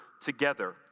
together